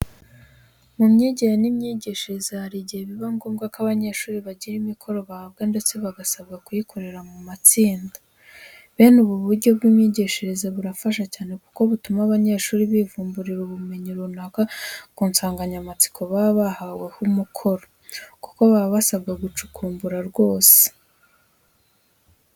Mu myigire n'imyigishirize hari igihe biba ngombwa ko abanyeshuri bagira imikoro bahabwa ndetse bagasabwa kuyikorera mu matsinda. Bene ubu buryo bw'imyigishirize burafasha cyane kuko butuma abanyeshuri bivumburira ubumenyi runaka ku nsanganyamatsiko baba bahaweho umukoro, kuko baba basabwa gucukumbura rwose.